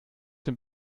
dem